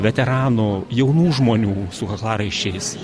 veteranų jaunų žmonių su kaklaraiščiais